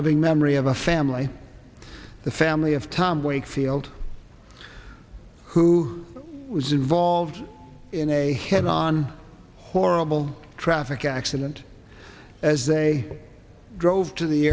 living memory of a family the family of tom wakefield who was involved in a head on horrible traffic accident as they drove to the